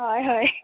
हय हय